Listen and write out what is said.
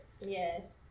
yes